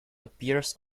appears